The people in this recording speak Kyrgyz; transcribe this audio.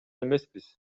эмеспиз